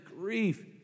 grief